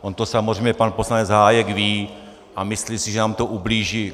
On to samozřejmě pan poslanec Hájek ví a myslí si, že nám to ublíží.